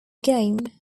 game